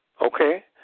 Okay